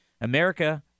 America